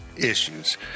issues